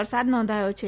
વરસાદ નોંધાયો છે